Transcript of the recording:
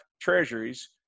treasuries